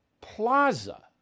plaza